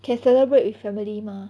can celebrate with family mah